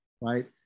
right